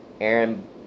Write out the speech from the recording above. Aaron